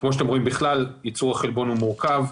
כמו שאתם רואים, בכלל ייצור החלבון הוא מורכב,